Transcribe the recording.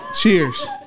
Cheers